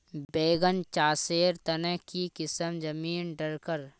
बैगन चासेर तने की किसम जमीन डरकर?